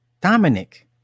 Dominic